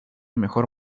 mejor